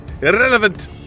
irrelevant